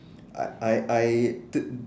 I I I did